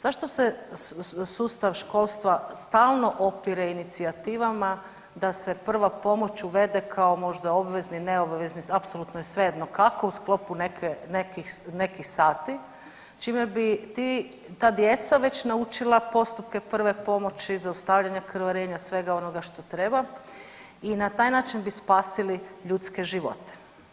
Zašto se sustav školstava stalno opire inicijativama da se prva pomoć uvede kao možda obvezni, neobvezni apsolutno je svejedno kako u sklopu nekih sati čime bi ta djeca već naučila postupke prve pomoći zaustavljanja krvarenja svega onoga što treba i na taj način bi spasili ljudske živote.